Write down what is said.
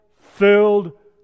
filled